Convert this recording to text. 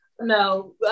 no